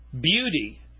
beauty